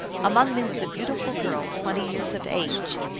among them was a beautiful girl, twenty years of age.